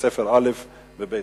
בית-ספר א' בבית-ג'ן.